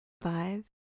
five